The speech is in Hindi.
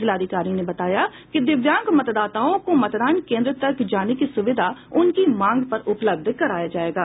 जिलाधिकारी ने बताया कि दिव्यांक मतदाताओं को मतदान केंद्र तक जाने की सुविधा उनकी मांग पर उपलब्ध कराया जायेगा